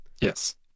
Yes